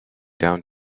down